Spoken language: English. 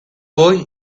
boy